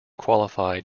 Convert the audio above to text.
qualified